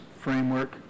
framework